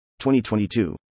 2022